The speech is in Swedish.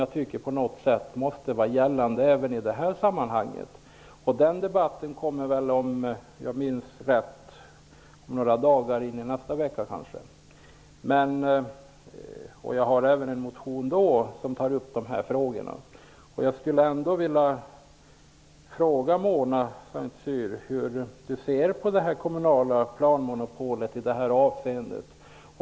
Jag tycker att det på något sätt måste vara gällande även i det här sammanhanget. Den debatten skall, om jag minns rätt, komma i nästa vecka. Jag har även där väckt en motion som tar upp dessa frågor. Jag vill ändå fråga hur Mona Saint Cyr ser på det kommunala planmonopolet i det avseendet.